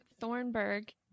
Thornburg